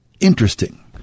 interesting